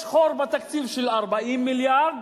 יש חור בתקציב, של 40 מיליארד,